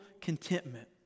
contentment